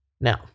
Now